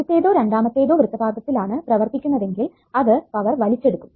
ആദ്യത്തെതോ രണ്ടാമത്തേതോ വൃത്തപാദത്തിൽ ആണ് പ്രവർത്തിക്കുന്നതെങ്കിൽ അത് പവർ വലിച്ചെടുക്കും